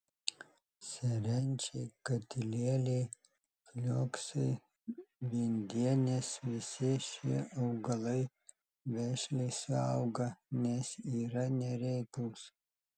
serenčiai katilėliai flioksai viendienės visi šie augalai vešliai suauga nes yra nereiklūs